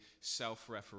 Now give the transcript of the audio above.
self-referential